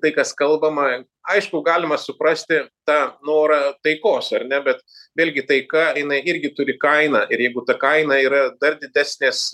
tai kas kalbama aišku galima suprasti tą norą taikos ar ne bet vėlgi taika jinai irgi turi kainą ir jeigu ta kaina yra dar didesnės